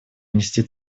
внести